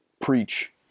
preach